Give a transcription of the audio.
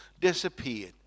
disappeared